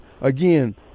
again